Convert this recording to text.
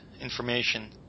information